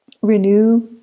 renew